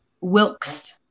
Wilkes